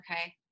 okay